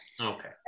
Okay